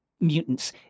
mutants